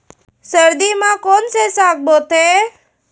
सर्दी मा कोन से साग बोथे?